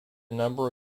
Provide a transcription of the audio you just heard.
number